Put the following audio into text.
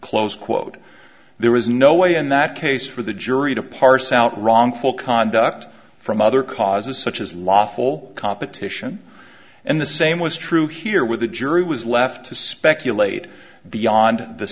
close quote there was no way in that case for the jury to parse out wrongful conduct from other causes such as lawful competition and the same was true here with the jury was left to speculate beyond the